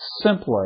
simply